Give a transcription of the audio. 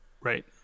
Right